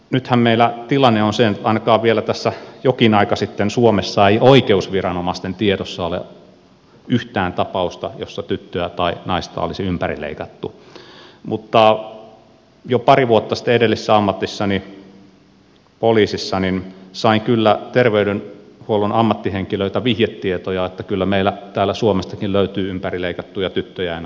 nythän meillä tilanne on se että ainakaan vielä tässä jokin aika sitten suomessa ei oikeusviranomaisten tiedossa ollut yhtään tapausta jossa tyttöä tai naista olisi ympärileikattu mutta jo pari vuotta sitten edellisessä ammatissani poliisissa sain kyllä terveydenhuollon ammattihenkilöiltä vihjetietoja että kyllä meiltä täältä suomestakin löytyy ympärileikattuja tyttöjä ja naisia